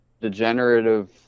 degenerative